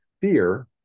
Fear